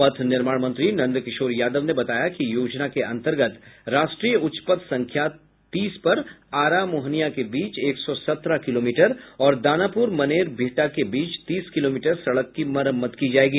पथ निर्माण मंत्री नंदकिशोर यादव ने बताया कि योजना के अन्तर्गत राष्ट्रीय उच्च पथ संख्या तीस पर आरा मोहनिया के बीच एक सौ सत्रह किलोमीटर और दानापुर मनेर बिहटा के बीच तीस किलोमीटर सड़क की मरम्मत की जायेगी